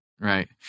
Right